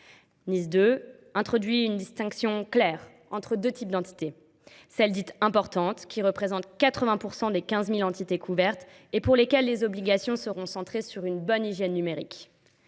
NIS 2 introduit une distinction claire entre deux types d’entités : d’une part, celles dites importantes, qui représentent 80 % des 15 000 entités couvertes, et pour lesquelles les obligations seront centrées sur une bonne hygiène numérique